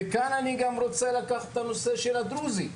וכאן אני גם רוצה לקחת את הנושא של הדרוזים.